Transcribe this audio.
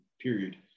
period